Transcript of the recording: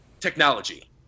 technology